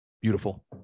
beautiful